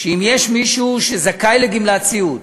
שאם יש מישהו שזכאי לגמלת סיעוד,